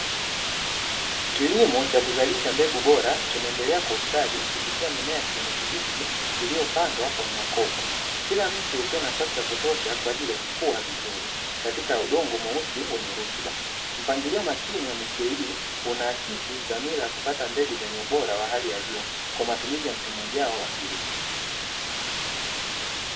Kilimo cha kuzalisha mbegu bora kinaendelea kustadi kupitia mimea ya kijani kibichi iliyopandwa kwenye makopo, kila mche ukiwa na nafasi ya kutosha kwa ajili ya kukua vizuri katika udongo mweusi wenye rutuba, mpangilio makini wa miche hii unaaksi dhamira ya kupata mbegu zenye ubora wa hali ya juu kwa matumizi ya msimu ujao wa kilimo.